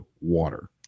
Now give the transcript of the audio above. water